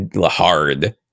hard